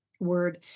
word